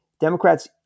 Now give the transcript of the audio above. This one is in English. Democrats